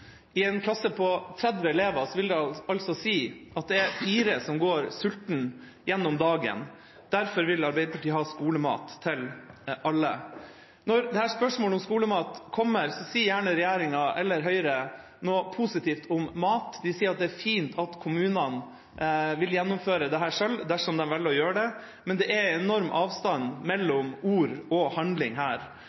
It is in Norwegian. I en klasse på 30 elever vil det altså si at det er fire som går sultne gjennom dagen. Derfor vil Arbeiderpartiet ha skolemat til alle. Når dette spørsmålet om skolemat kommer, sier gjerne regjeringa eller Høyre noe positivt om mat. De sier at det er fint at kommunene vil gjennomføre dette selv, dersom de velger å gjøre det, men det er enorm avstand mellom ord og handling her.